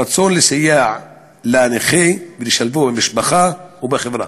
רצון לסייע לנכה ולשלבו במשפחה ובחברה.